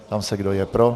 Ptám se, kdo je pro.